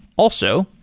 also,